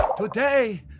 Today